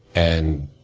and,